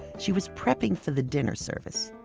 she was prepping for the dinner service.